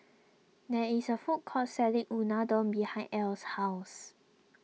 there is a food court selling Unadon behind Ell's house